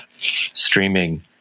streaming